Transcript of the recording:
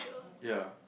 ya